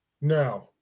No